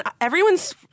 Everyone's